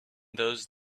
those